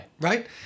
Right